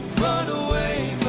run away,